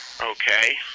Okay